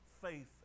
faith